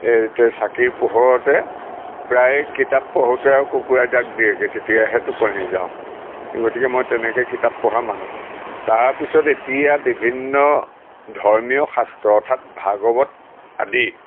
এইত চাকিৰ পোহৰতে প্ৰায় কিতাপ পঢ়োঁতে আৰু কুকুৰাই ডাক দিয়েগৈ তেতিয়াহে টোপনি যাওঁ সেই গতিকে মই তেনেকৈ কিতাপ পঢ়া মানুহ তাৰপিছত এতিয়া বিভিন্ন ধৰ্মীয় শাস্ত্ৰ অৰ্থাৎ ভাগৱত আদি